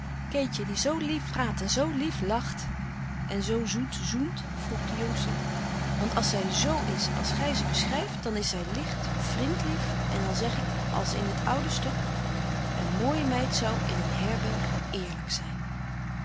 keetje die zoo lief praat en zoo lief lacht en zoo zoet zoent vroeg de jongste want als zij z is als gij ze beschrijft dan is zij licht vrindlief en dan zeg ik als in het oude stuk een mooie meid zou in een herberg eerlijk zijn